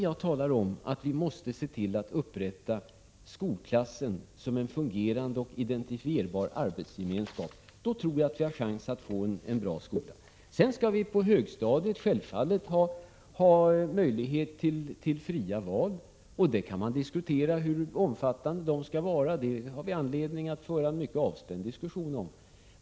Jag menar att vi måste återupprätta skolklassen som fungerande och identifierbar arbetsgemenskap. Då tror jag att vi har chans att få en bra skola. Sedan skall vi på högstadiet självfallet ha möjlighet till fria val. Vi kan diskutera hur omfattande dessa skall vara. Det har vi anledning att föra en mycket avspänd diskussion om.